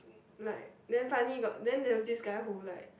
like then finally got then there was this guy who like